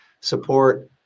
support